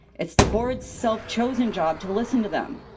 it's the board's self chosen job to listen to them.